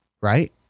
right